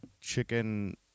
chicken